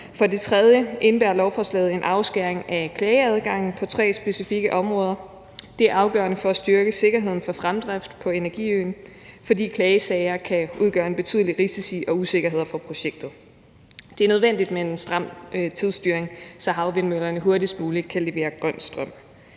For det tredje indebærer lovforslaget en afskæring af klageadgangen på tre specifikke områder. Det er afgørende for at styrke sikkerheden for fremdrift på energiøen, fordi klagesager kan udgøre betydelige risici og usikkerheder for projektet. Det er nødvendigt med en stram tidsstyring, så havvindmøllerne hurtigst muligt kan levere grøn strøm.